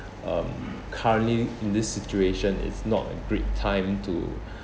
um currently in this situation it's not a great time to